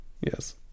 Yes